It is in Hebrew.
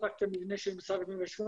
רק את המבנה של משרד הבינוי והשיכון,